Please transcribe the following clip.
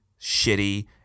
shitty